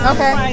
Okay